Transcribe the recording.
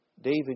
David